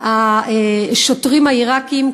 השוטרים העיראקים,